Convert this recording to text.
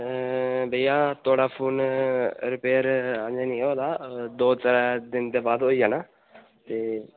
अं भैया थुआड़ा phone repair अजें नेईं होए दा दो त्रै दिन दे बाद होई जाना ते